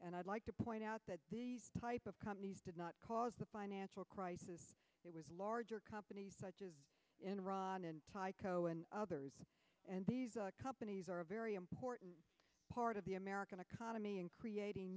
and i'd like to point out that type of companies did not cause the financial crisis it was a larger company enron and tyco and others and the companies are a very important part of the american economy in creating